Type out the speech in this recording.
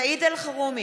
סעיד אלחרומי,